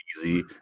easy